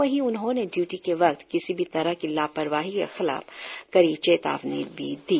वही उन्होंने ड्यूटी के वक्त किसी भी तरह की लापरवही के खिलाफ कड़ी चेतावनी भी दी